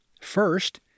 First